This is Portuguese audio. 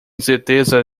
certeza